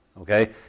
Okay